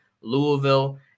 Louisville